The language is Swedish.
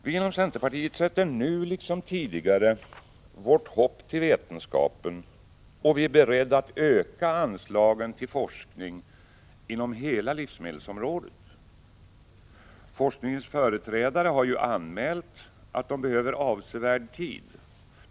Vi inom centerpartiet sätter nu liksom tidigare vårt hopp till vetenskapen och är beredda att öka anslagen till forskning inom hela livsmedelsområdet. Forskningens företrädare har ju anmält att de behöver avsevärd tid.